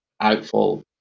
outfall